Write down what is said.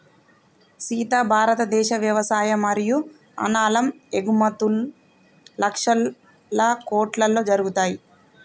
సీత భారతదేశ వ్యవసాయ మరియు అనాలం ఎగుమతుం లక్షల కోట్లలో జరుగుతాయి